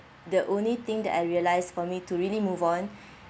the only thing that I realised for me to really move on